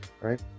Right